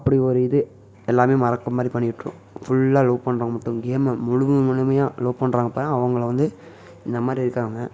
அப்படி ஒரு இது எல்லாமே மறக்குற மாதிரி பண்ணி விட்டுரும் ஃபுல்லாக லவ் பண்ணுறா மட்டும் கேமை முழுமை முழுமையாக லவ் பண்ணுறாங்க பாருங்கள் அவங்கள வந்து இந்த மாதிரி இருக்காங்க